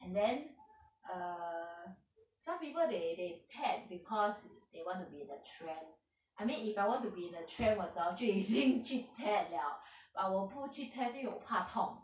and then err some people they they tat~ because they want to be in the trend I mean if I want to be in a trend 我早去已经去 tat~ liao but 我不去 tat~ 是因为我怕痛